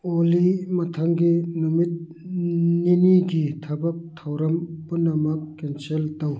ꯑꯣꯜꯂꯤ ꯃꯊꯪꯒꯤ ꯅꯨꯃꯤꯠ ꯅꯤꯅꯤꯒꯤ ꯊꯕꯛ ꯊꯧꯔꯝ ꯄꯨꯝꯅꯃꯛ ꯀꯦꯟꯁꯦꯜ ꯇꯧ